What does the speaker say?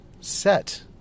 set